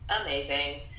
amazing